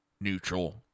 neutral